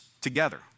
together